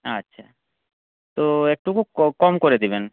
আচ্ছা তো একটু কম করে দেবেন